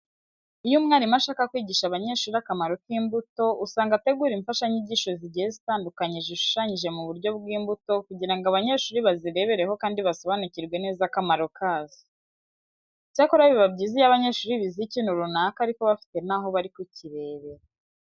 Iyo umwarimu ashaka kwigisha abanyeshuri akamaro k'imbuto, usanga ategura imfashanyigisho zigiye zitandukanye zishushanyije mu buryo bw'imbuto kugira ngo abanyeshuri bazirebereho kandi basobanukirwe neza akamaro kazo. Icyakora biba byiza iyo abanyeshuri bize ikintu runaka ariko bafite n'aho bari kukirebera.